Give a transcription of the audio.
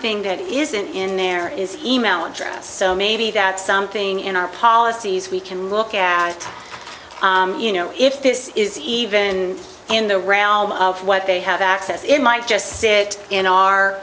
thing that isn't in there is email address so maybe that's something in our policies we can look at you know if this is even in the realm of what they have access it might just sit in our